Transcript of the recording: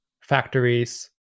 factories